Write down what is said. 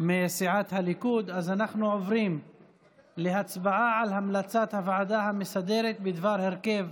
מסיעת הליכוד אז אנחנו עוברים להצבעה על המלצת הוועדה המסדרת בדבר הרכב